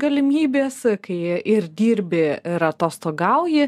galimybės kai ir dirbi ir atostogauji